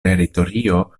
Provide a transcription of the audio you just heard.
teritorio